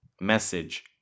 message